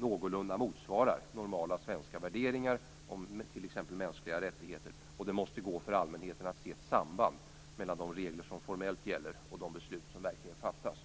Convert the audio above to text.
någorlunda motsvarar normala svenska värderingar om t.ex. mänskliga rättigheter, och allmänheten måste kunna se ett samband mellan de regler som formellt gäller och de beslut som verkligen fattas.